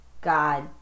god